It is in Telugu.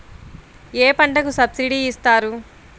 ఏ పంటకు సబ్సిడీ ఇస్తారు?